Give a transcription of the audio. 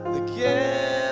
again